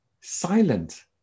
silent